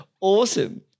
awesome